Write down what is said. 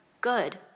Good